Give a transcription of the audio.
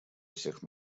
всех